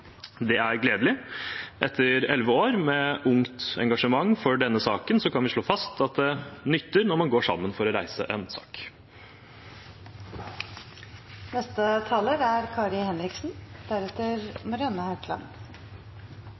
Det er gledelig. Etter elleve år med ungt engasjement for denne saken, kan vi slå fast at det nytter når man går sammen for å reise en